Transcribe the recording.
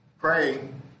praying